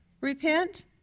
repent